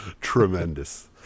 tremendous